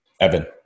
Evan